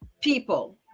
people